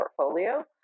portfolio